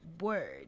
word